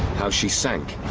how she sank